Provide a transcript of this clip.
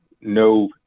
no